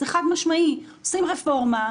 זה חד-משמעי: עושים רפורמה,